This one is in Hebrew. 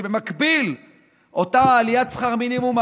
ובמקביל אותה עליית שכר המינימום,